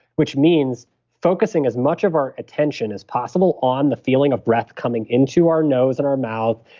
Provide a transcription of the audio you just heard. which means focusing as much of our attention as possible on the feeling of breath coming into our nose and our mouth,